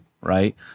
right